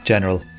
General